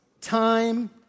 time